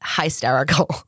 hysterical